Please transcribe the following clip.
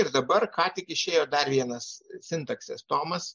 ir dabar ką tik išėjo dar vienas sintaksės tomas